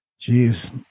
jeez